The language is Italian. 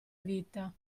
vita